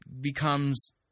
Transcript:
becomes